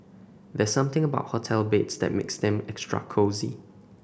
there's something about hotel beds that makes them extra cosy